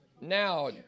Now